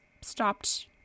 stopped